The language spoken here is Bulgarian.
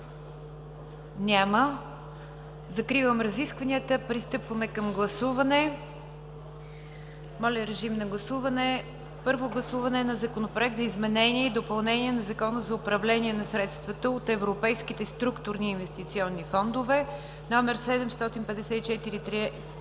Няма. Закривам разискванията. Пристъпваме към гласуване. Първо гласуване на Законопроект за изменение и допълнение на Закона за управление на средствата от европейските структурни и инвестиционни фондове № 754-01-53,